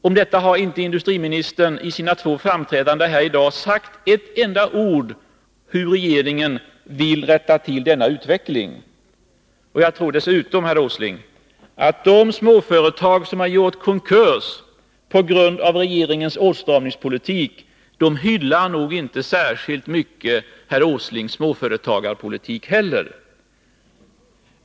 I sina två framträdanden här i dag har industriministern inte sagt ett enda ord om hur regeringen vill rätta till denna utveckling. Jag tror dessutom, herr Åsling, att de småföretag som har gjort konkurs på grund av regeringens åtstramningspolitik nog inte hyllar herr Åslings småföretagspolitik särskilt mycket.